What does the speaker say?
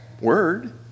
word